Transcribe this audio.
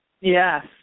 Yes